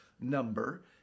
number